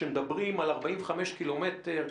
כשמדברים על 45 קילומטר,